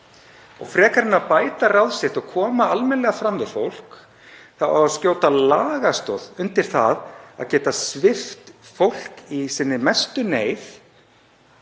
Frekar en að bæta ráð sitt og koma almennilega fram við fólk á að skjóta lagastoð undir það að geta svipt fólk í sinni mestu neyð